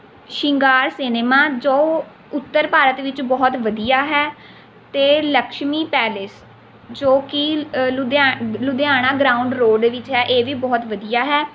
ਸ਼ਿੰਗਾਰ ਸਿਨੇਮਾ ਜੋ ਉੱਤਰ ਭਾਰਤ ਵਿੱਚ ਬਹੁਤ ਵਧੀਆ ਹੈ ਅਤੇ ਲਕਸ਼ਮੀ ਪੈਲੇਸ ਜੋ ਕਿ ਲੁਧਿਆਣਾ ਲੁਧਿਆਣਾ ਗਰਾਊਂਡ ਰੋਡ ਵਿੱਚ ਹੈ ਇਹ ਵੀ ਬਹੁਤ ਵਧੀਆ ਹੈ